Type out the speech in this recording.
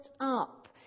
up